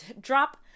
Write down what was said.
drop